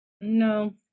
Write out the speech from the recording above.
No